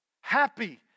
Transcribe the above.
Happy